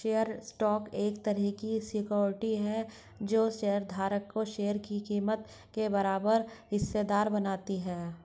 share stock एक तरह की सिक्योरिटी है जो शेयर धारक को शेयर की कीमत के बराबर हिस्सेदार बनाती है